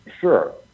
Sure